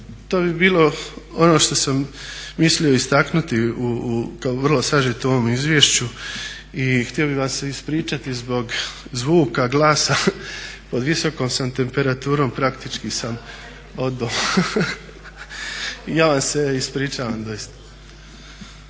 To bi bilo ono što sam mislio istaknuti kao vrlo sažeto u ovom izvješću i htio bih vam se ispričati zbog zvuka glasa, pod visokom sam temperaturom, praktički sam …. Ja vam se ispričavam doista.